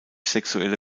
sexuelle